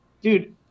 Dude